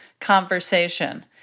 conversation